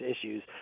issues